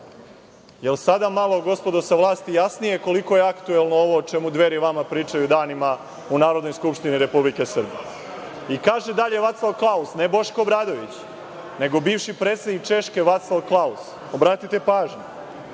Jel sada malo gospodo sa vlasti jasnije koliko je aktuelno ovo o čemu Dveri vama pričaju danima u Narodnoj skupštini Republike Srbije? Kaže dalje Vaclav Klaus, ne Boško Obradović, nego bivši predsednik Češke Vaclav Klaus, obratite pažnju,